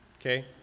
Okay